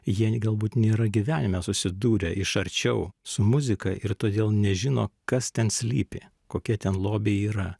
jie galbūt nėra gyvenime susidūrę iš arčiau su muzika ir todėl nežino kas ten slypi kokie ten lobiai yra